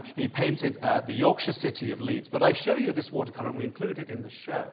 and he painted the yorkshire city of leeds, but i show you this watercolour and we include it in the show